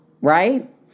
Right